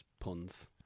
puns